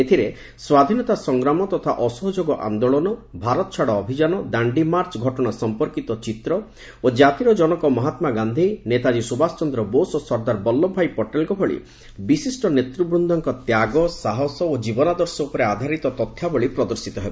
ଏଥିରେ ସ୍ୱାଧୀନତା ସଂଗ୍ରାମ ତଥା ଅସହଯୋଗ ଆନ୍ଦୋଳନ ଭାରତ ଛାଡ଼ ଅଭିଯାନ ଦାଣ୍ଡି ମାର୍ଚ୍ଚ ଘଟଣା ସଂପର୍କିତ ଚିତ୍ର ଏବଂ ଜାତିର ଜନକ ମହାତ୍ମା ଗାନ୍ଧୀ ନେତାଜୀ ସୁଭାଷ ଚନ୍ଦ୍ର ବୋଷ ଓ ସର୍ଦ୍ଦାର ବଲ୍ଲଭ ଭାଇ ପଟେଲଙ୍କ ଭଳି ବିଶିଷ୍ଟ ନେତୃବୃଦଙ୍କ ତ୍ୟାଗ ସାହସ ଓ ଜୀବନାଦର୍ଶ ଉପରେ ଆଧାରିତ ତଥ୍ୟାବଳୀ ପ୍ରଦର୍ଶିତ ହେବ